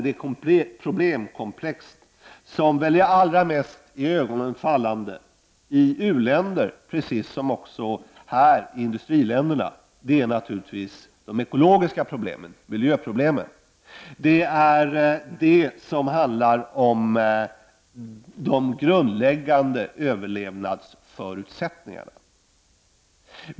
Det problemkomplex som väl är allra mest iögonfallande i u-länder precis som också här i industriländerna är naturligtvis de ekologiska problemen, alltså miljöproblemen. De handlar om de grundläggande överlevnadsförutsättningarna.